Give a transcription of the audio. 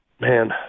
man